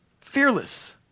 Fearless